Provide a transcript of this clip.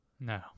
No